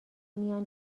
میان